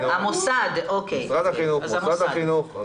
מוסד החינוך.